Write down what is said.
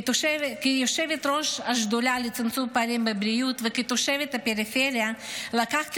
כיושבת-ראש השדולה לצמצום פערים בבריאות וכתושבת הפריפריה לקחתי